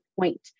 point